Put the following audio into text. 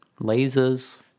lasers